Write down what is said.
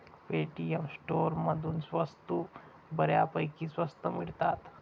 Paytm स्टोअरमधून वस्तू बऱ्यापैकी स्वस्त मिळतात